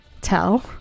tell